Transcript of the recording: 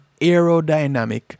aerodynamic